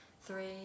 three